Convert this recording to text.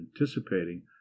anticipating